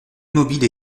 immobile